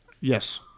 yes